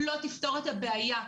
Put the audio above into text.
לא תפתור את הבעיה.